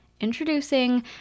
Introducing